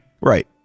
Right